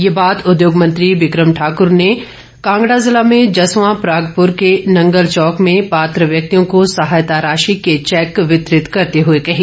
ये बात उद्योग मंत्री बिक्रम ठाक्र ने कांगड़ा जिला में जसवां परागपुर के नंगल चौक में पात्र व्यंक्तियों को सहायता राशि के चैक वितरित करते हुए कही